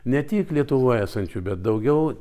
ne tik lietuvoj esančių bet daugiau